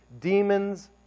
Demons